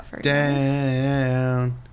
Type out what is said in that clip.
down